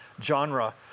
genre